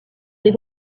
des